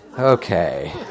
Okay